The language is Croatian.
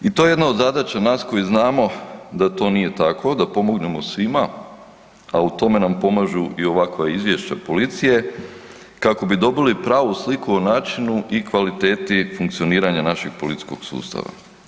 I to je jedna od zadaća nas koji znamo da to nije tako, da pomognemo svima, a u tome nam pomažu i ovakva izvješća policije kako bi dobili pravu sliku o načinu i kvaliteti funkcioniranja našeg policijskog sustava.